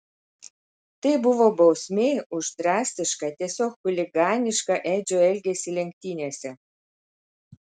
tai buvo bausmė už drastišką tiesiog chuliganišką edžio elgesį lenktynėse